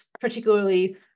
particularly